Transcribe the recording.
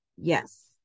yes